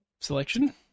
Selection